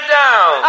down